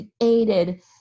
created